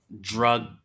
drug